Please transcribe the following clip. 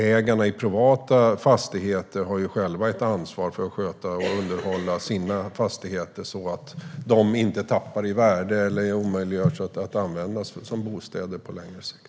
Ägarna av privata fastigheter har ju själva ett ansvar för att sköta och underhålla dem så att de inte tappar i värde eller blir omöjliga att använda som bostäder på längre sikt.